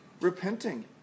repenting